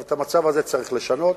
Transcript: את המצב הזה צריך לשנות,